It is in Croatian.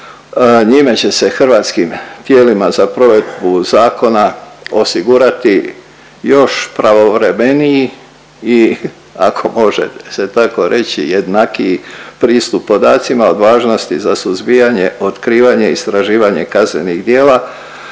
Njime će se hrvatskim tijelima za provedbu zakona osigurati još pravovremeniji i ako može se tako reći jednakiji pristup podacima od važnosti za suzbijanje, otkrivanje, istraživanje kaznenih djela